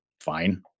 fine